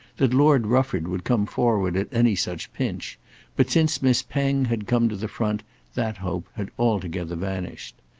that lord rufford would come forward at any such pinch but since miss penge had come to the front that hope had altogether vanished.